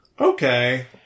Okay